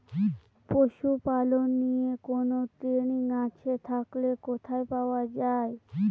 পশুপালন নিয়ে কোন ট্রেনিং আছে থাকলে কোথায় পাওয়া য়ায়?